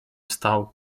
wstał